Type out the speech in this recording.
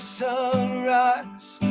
sunrise